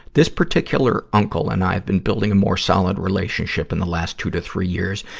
this particular uncle and i have been building a more solid relationship in the last two to three years,